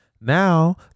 Now